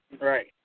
right